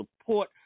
support